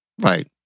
right